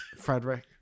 Frederick